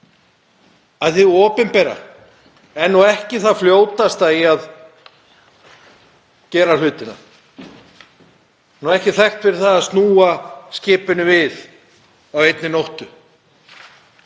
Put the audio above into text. að hið opinbera er nú ekki það fljótasta í því að gera hlutina. Það er ekki þekkt fyrir að snúa skipinu við á einni nóttu,